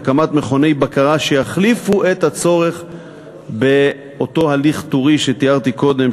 הקמת מכוני בקרה שיחליפו את הצורך באותו הליך טורי שתיארתי קודם,